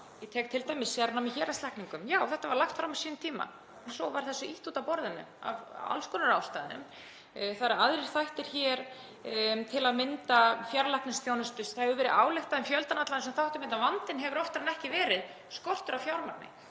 ég tek t.d. sérnám í héraðslækningum — já, þetta var lagt fram á sínum tíma en svo var þessu ýtt út af borðinu af alls konar ástæðum. Það eru aðrir þættir hér, til að mynda fjarlæknaþjónusta. Það hefur verið ályktað um fjöldann allan af þessum þáttum en vandinn hefur oftar en ekki verið skortur á fjármagni.